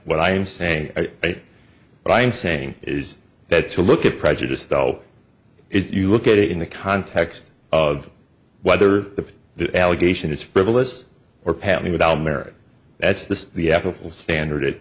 what i'm saying i say what i'm saying is that to look at prejudice though is you look at it in the context of whether the allegation is frivolous or patent without merit that's the the ethical standard it